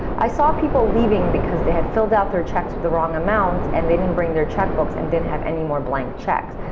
i saw people leaving because they had filled out their checks with the wrong amounts, and they didn't bring their check books, and didn't have any more blank checks.